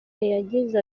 yagize